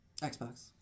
Xbox